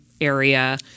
area